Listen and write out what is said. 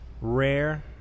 rare